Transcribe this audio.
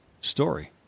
story